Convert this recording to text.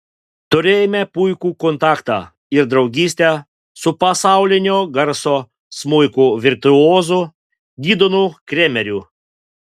turėjome puikų kontaktą ir draugystę su pasaulinio garso smuiko virtuozu gidonu kremeriu